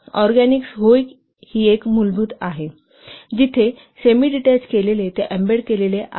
organic ही एक मूलभूत आहे जिथे सेमीडीटेच ते एम्बेडेड आहे